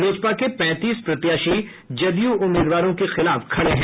लोजपा के पैंतीस प्रत्याशी जदयू उम्मीदवारों के खिलाफ खड़े हैं